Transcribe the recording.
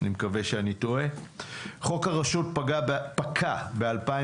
חוק הרשות פקע ב-2017.